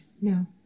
No